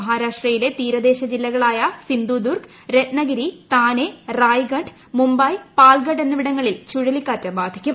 മഹാരാഷ്ട്രയിലെ തീരുദ്ദേൾ ജില്ലകളായ സിന്ധുദൂർഗ് രത്നഗിരി താനെ റായ്ഗഡ് മുംബ്ബൈ പാൽഗഡ് എന്നിവിടങ്ങളിൽ ചുഴലിക്കാറ്റ് ബാധിക്കും